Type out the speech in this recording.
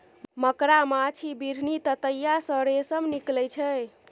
मकड़ा, माछी, बिढ़नी, ततैया सँ रेशम निकलइ छै